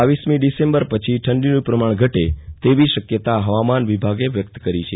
રરમી December પછી ઠડીનું પ્રમાણ ઘટે તેવી સં ભાવના હવામાન વિભાગે વ્યકત કરી છે